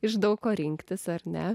iš daug ko rinktis ar ne